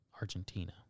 Argentina